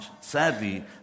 Sadly